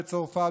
בצרפת,